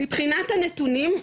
מבחינת הנתונים,